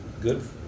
good